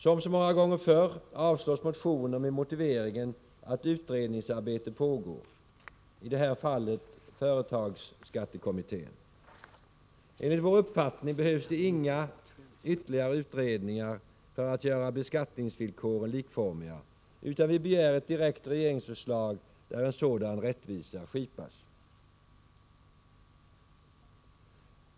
Som så många gånger förr avslås motionen med motiveringen att utredningsarbete pågår — i det här fallet i företagsskattekommittén. Enligt vår uppfattning behövs det inga ytterligare utredningar för att göra beskattningsvillkoren likformiga, utan vi begär ett direkt regeringsförslag där en sådan rättvisa skipas.